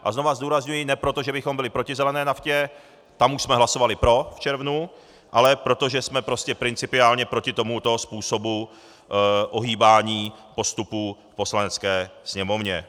A znovu zdůrazňuji, ne proto, že bychom byli proti zelené naftě, tam už jsme hlasovali pro v červnu, ale protože jsme prostě principiálně proti tomuto způsobu ohýbání postupů v Poslanecké sněmovně.